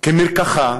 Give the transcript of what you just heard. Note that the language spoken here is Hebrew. ותהיה כמרקחה,